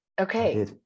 Okay